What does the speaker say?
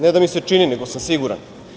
Ne da mi se čini, nego sam siguran.